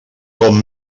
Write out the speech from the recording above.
com